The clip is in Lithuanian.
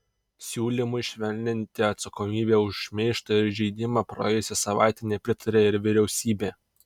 siūlymui švelninti atsakomybę už šmeižtą ir įžeidimą praėjusią savaitę nepritarė ir vyriausybė